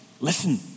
Listen